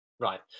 Right